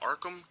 Arkham